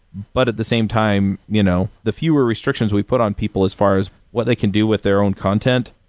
but at the same time, you know the fewer restrictions we put on people as far as what they can do with their own content,